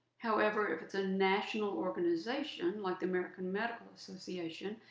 however, if it's a national organization, like the american medical association,